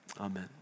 amen